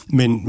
men